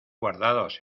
guardados